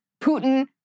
Putin